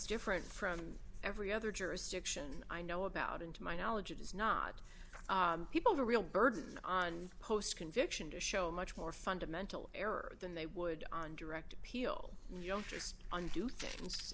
different from every other jurisdiction i know about and to my knowledge it is not people real burden on post conviction to show much more fundamental error than they would on direct appeal